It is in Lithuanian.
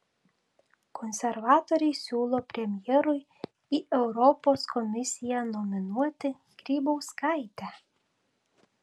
konservatoriai siūlo premjerui į europos komisiją nominuoti grybauskaitę